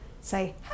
say